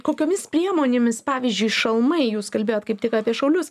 kokiomis priemonėmis pavyzdžiui šalmai jūs kalbėjot kaip tik apie šaulius